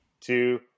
two